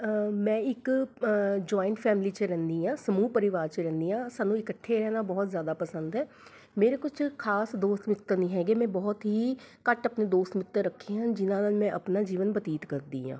ਮੈਂ ਇੱਕ joint family 'ਚ ਰਹਿੰਦੀ ਹਾਂ ਸਮੂਹ ਪਰਿਵਾਰ 'ਚ ਰਹਿੰਦੀ ਹਾਂ ਸਾਨੂੰ ਇਕੱਠੇ ਰਹਿਣਾ ਬਹੁਤ ਜ਼ਿਆਦਾ ਪਸੰਦ ਹੈ ਮੇਰੇ ਕੁਛ ਖਾਸ ਦੋਸਤ ਮਿੱਤਰ ਨਹੀਂ ਹੈਗੇ ਮੈਂ ਬਹੁਤ ਹੀ ਘੱਟ ਆਪਣੇ ਦੋਸਤ ਮਿੱਤਰ ਰੱਖੇ ਹਨ ਜਿਨ੍ਹਾਂ ਨਾਲ ਮੈਂ ਆਪਣਾ ਜੀਵਨ ਬਤੀਤ ਕਰਦੀ ਹਾਂ